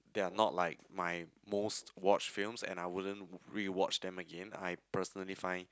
they are not like my most watched films and I wouldn't rewatch them again I personally find